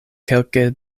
kelke